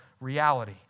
reality